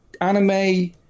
anime